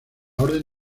orden